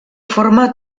forma